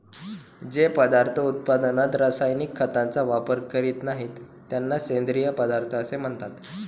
जे पदार्थ उत्पादनात रासायनिक खतांचा वापर करीत नाहीत, त्यांना सेंद्रिय पदार्थ असे म्हणतात